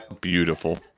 Beautiful